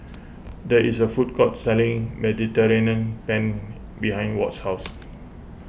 there is a food court selling Mediterranean Penne behind Ward's house